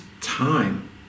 time